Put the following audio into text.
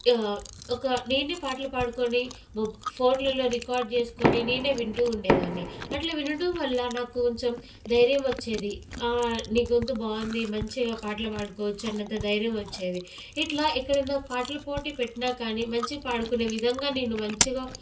ఒక నేనే పాటలు పాడుకుని ఫోన్ల్లో రికార్డ్ చేసుకుని నేనే వింటూ ఉండేదాన్ని అలా వినడం వల్ల నాకు కొంచెం ధైర్యం వచ్చేది ఆ నీ గొంతు బాగుంది మంచిగా పాటలు పాడుకోవచ్చు అన్నంత ధైర్యము వచ్చేది ఇలా ఎక్కడైనా పాటల పోటీ పెట్టినా కానీ మంచిగా పాడుకునే విధంగా నేను మంచిగా